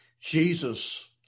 Jesus